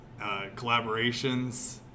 collaborations